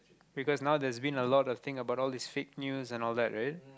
because now there's been a lot of thing about all this fake news and all that right